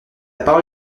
parole